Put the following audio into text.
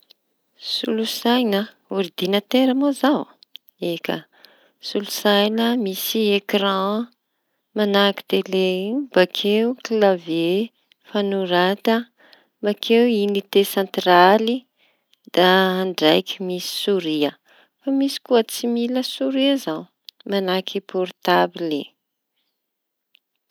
Solosaina, ordinatera moa zao? Eka solosaina misy ekran manahaky tele io bakeo klavie hanorata, bakeo inite sentraly da ndraiky misy soria misy koa tsy mila soria zao manahaky pôrtabily.